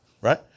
right